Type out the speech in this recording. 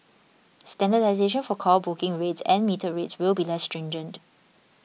standardisation for call booking rates and metered rates will be less stringent